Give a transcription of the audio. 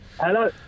hello